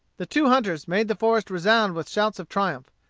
the two hunters made the forest resound with shouts of triumph.